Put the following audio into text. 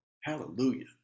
Hallelujah